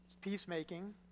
peacemaking